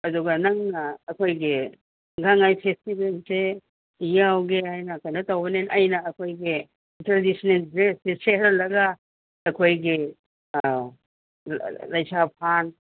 ꯑꯗꯨꯒ ꯅꯪꯅ ꯑꯩꯈꯣꯏꯒꯤ ꯒꯥꯡ ꯉꯥꯏ ꯐꯦꯁꯇꯤꯕꯦꯜꯁꯦ ꯌꯥꯎꯒꯦ ꯍꯥꯏꯅ ꯀꯩꯅꯣ ꯇꯧꯕꯅꯤꯅ ꯑꯩꯅ ꯑꯩꯈꯣꯏꯒꯤ ꯇ꯭ꯔꯦꯗꯤꯁꯟꯅꯦꯜ ꯗ꯭ꯔꯦꯁꯁꯤ ꯁꯦꯠꯍꯜꯂꯒ ꯑꯩꯈꯣꯏꯒꯤ ꯂꯩꯁꯥ ꯐꯥꯟ